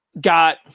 got